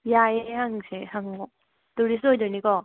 ꯌꯥꯏꯌꯦ ꯍꯪꯁꯦ ꯍꯪꯉꯣ ꯇꯨꯔꯤꯁ ꯑꯣꯏꯗꯣꯏꯅꯤꯀꯣ